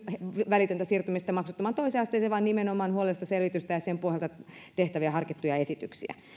välitöntä siirtymistä maksuttomaan toiseen asteeseen vaan nimenomaan huolellista selvitystä ja sen pohjalta tehtäviä harkittuja esityksiä